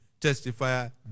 testifier